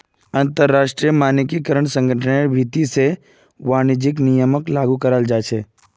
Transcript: अंतरराष्ट्रीय मानकीकरण संगठनेर भीति से वाणिज्यिक नियमक लागू कियाल जा छे